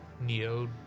Neo